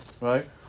right